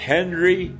Henry